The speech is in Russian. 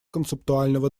концептуального